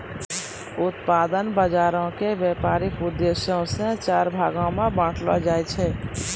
व्युत्पादन बजारो के व्यपारिक उद्देश्यो से चार भागो मे बांटलो जाय छै